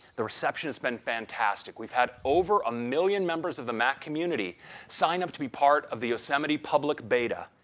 the reception has been fantastic. we've had over a million members of the mac community sign up to be part of the yosemite public beta.